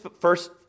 first